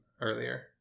earlier